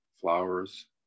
flowers